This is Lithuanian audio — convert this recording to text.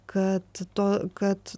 kad to kad